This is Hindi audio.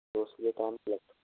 तो